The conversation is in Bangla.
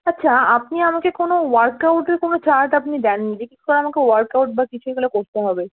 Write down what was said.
আচ্ছা আপনি আমাকে কোনো ওয়ার্কআউটের কোনো চার্ট আপনি দেননি যে কী করে আমাকে ওয়ার্কআউট বা কিছু এগুলো করতে হবে